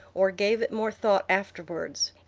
or gave it more thought afterwards.